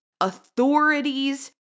authorities